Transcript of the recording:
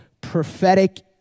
prophetic